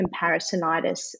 comparisonitis